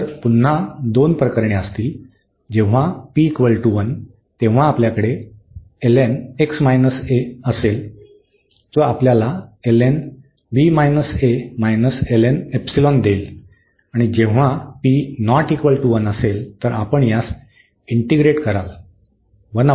तर पुन्हा दोन प्रकरणे असतील जेव्हा p 1 आपल्याकडे हा असेल जो आपल्याला देईल आणि जेव्हा p ≠ 1 असेल तर आपण यास इंटीग्रेट कराल